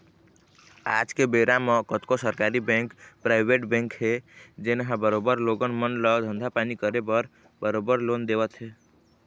आज के बेरा म कतको सरकारी बेंक, पराइवेट बेंक हे जेनहा बरोबर लोगन मन ल धंधा पानी करे बर बरोबर लोन देवत हे